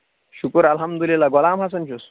شُکُر اَلحَمدُاللہ غلام حسن چھُس